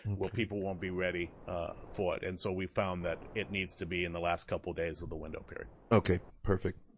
and where people won't be ready for it. and so we found that it needs to be in the last couple days of the window period. okay, perfect.